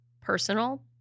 personal